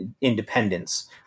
independence